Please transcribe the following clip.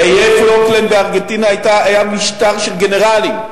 באיי פוקלנד, בארגנטינה היה משטר של גנרלים.